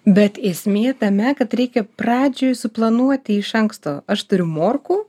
bet esmė tame kad reikia pradžiai suplanuoti iš anksto aš turiu morkų